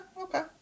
okay